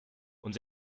und